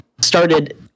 started